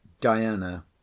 Diana